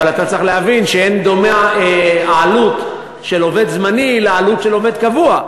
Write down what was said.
אבל אתה צריך להבין שאין דומה העלות של עובד זמני לעלות של עובד קבוע,